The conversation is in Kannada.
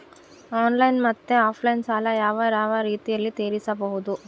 ಆನ್ಲೈನ್ ಮತ್ತೆ ಆಫ್ಲೈನ್ ಸಾಲ ಯಾವ ಯಾವ ರೇತಿನಲ್ಲಿ ತೇರಿಸಬಹುದು?